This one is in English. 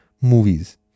movies